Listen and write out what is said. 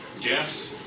Yes